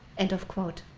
end of quote.